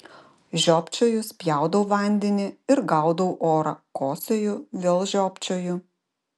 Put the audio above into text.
žiopčioju spjaudau vandenį ir gaudau orą kosėju vėl žiopčioju